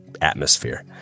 atmosphere